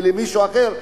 ולמישהו אחר,